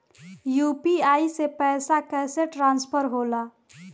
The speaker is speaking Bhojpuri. यू.पी.आई से पैसा कैसे ट्रांसफर होला?